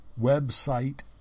website